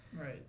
Right